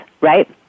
Right